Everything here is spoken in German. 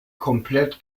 komplett